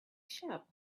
shop